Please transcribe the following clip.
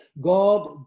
God